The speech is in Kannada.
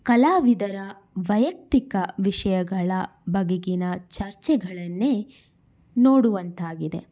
ಕಲಾವಿದರ ವೈಯಕ್ತಿಕ ವಿಷಯಗಳ ಬಗೆಗಿನ ಚರ್ಚೆಗಳನ್ನೇ ನೋಡುವಂತಾಗಿದೆ